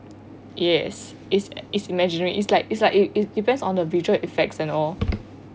yes it's it's imaginary it's like it's like you you depends on the visual effects and all